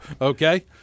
Okay